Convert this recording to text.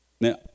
Now